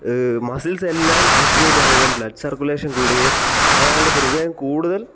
muscles എല്ലാം activate ആവുകയും blood circulation കൂടുകയും അയാളുടെ ഹൃദയം കൂടുതൽ